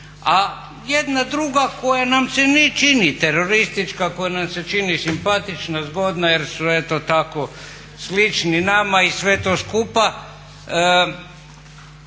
a jedna druga koja nam se ne čini teroristička, koja nam se čini simpatična, zgodna jer su eto tako slični nama i sve to skupa,